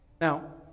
Now